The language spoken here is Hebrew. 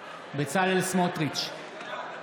סמוטריץ'